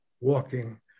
walking